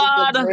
God